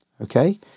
Okay